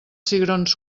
cigrons